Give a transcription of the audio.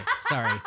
Sorry